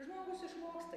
žmogus išmoksta